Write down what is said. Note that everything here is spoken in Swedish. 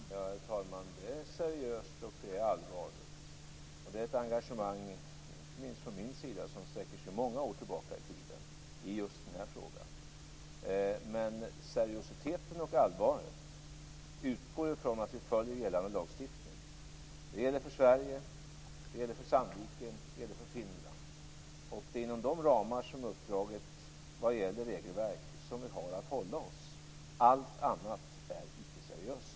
Herr talman! Det är seriöst och det är allvarligt. Det är ett engagemang - inte minst från min sida - som sträcker sig många år tillbaka i tiden i just den här frågan. Men seriositeten och allvaret utgår från att vi följer gällande lagstiftning. Det gäller för Sverige. Det gäller för Sandviken. Det gäller för Finland. Det är inom dessa ramar vad gäller regelverk som vi har att hålla oss. Allt annat är icke-seriöst.